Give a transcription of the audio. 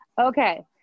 Okay